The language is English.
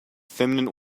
feminine